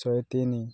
ଶହେ ତିନି